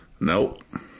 Nope